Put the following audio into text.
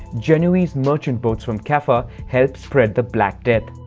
genoese merchant boats from caffa helped spread the black death.